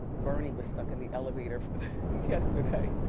bernie was stuck in the elevator yesterday.